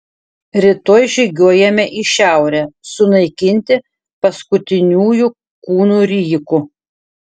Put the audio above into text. rytoj žygiuojame į šiaurę sunaikinti paskutiniųjų kūnų rijikų